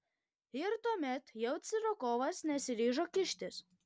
ir tuomet jau curikovas nesiryžo kištis